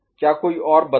क्या कोई और बदलाव है